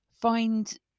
find